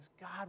God